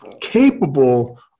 capable